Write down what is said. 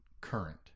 Current